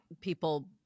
people